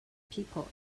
people